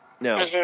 No